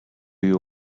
you